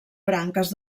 branques